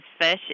fish